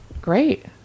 great